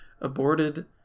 aborted